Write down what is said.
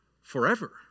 forever